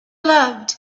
loved